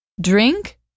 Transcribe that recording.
drink